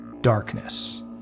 darkness